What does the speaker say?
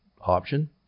option